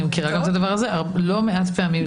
אני מכירה גם את הדבר הזה לא מעט פעמים.